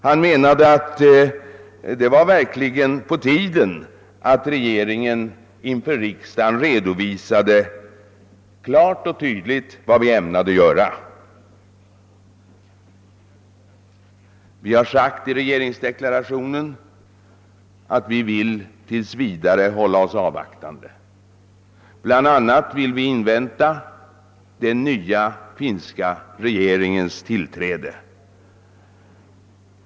Han menade att det verkligen var på tiden att regeringen inför riksdagen klart och tydligt redovisade vad den tänkte göra. I regeringsdeklarationen har vi sagt att vi tills vidare vill hålla oss avvaktande. Vi vill bl.a. invänta den nya finska regeringens tillträde.